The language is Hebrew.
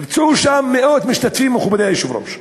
נפצעו שם מאות משתתפים, מכובדי היושב-ראש.